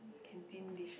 canteen dish